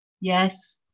Yes